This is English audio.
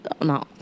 No